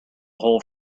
whole